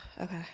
okay